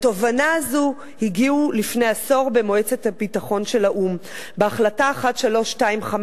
לתובנה הזו הגיעו לפני עשור במועצת הביטחון של האו"ם בהחלטה 1325,